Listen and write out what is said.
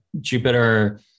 jupiter